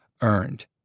earned